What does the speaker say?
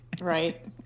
Right